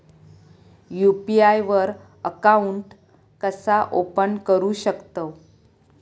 UPI वर account कसा open करू शकतव?